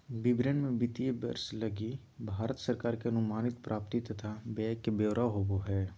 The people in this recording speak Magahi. विवरण मे वित्तीय वर्ष लगी भारत सरकार के अनुमानित प्राप्ति तथा व्यय के ब्यौरा होवो हय